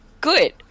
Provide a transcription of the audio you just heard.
good